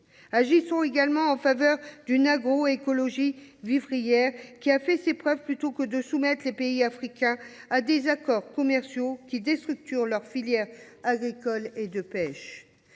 Agissons également en faveur d’une agroécologie vivrière qui a fait ses preuves, plutôt que de soumettre les pays africains à des accords commerciaux qui déstructurent leurs filières agricoles et de pêche.